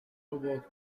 robots